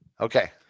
Okay